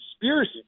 conspiracy